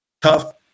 tough